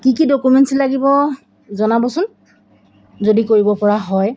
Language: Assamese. কি কি ডকুমেণ্টছ লাগিব জনাবচোন যদি কৰিবপৰা হয়